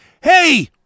hey